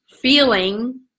feeling